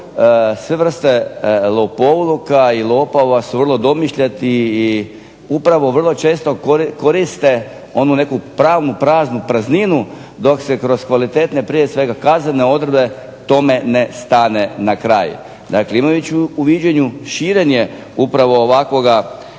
sve vrste lopovluka i lopova su vrlo domišljati i upravo vrlo često koriste onu pravnu prazninu dok se kroz kvalitetne prije svega kaznene odredbe tome ne stane na kraj. Dakle, imajući u vidu širenje upravo ovakvog